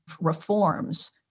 reforms